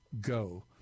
go